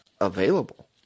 available